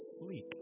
sleek